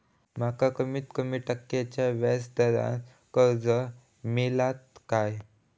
माका कमीत कमी टक्क्याच्या व्याज दरान कर्ज मेलात काय?